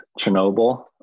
Chernobyl